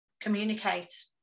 Communicate